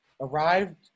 arrived